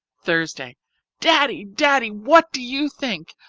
thursday daddy! daddy! what do you think?